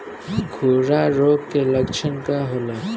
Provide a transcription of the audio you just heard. खुरहा रोग के लक्षण का होला?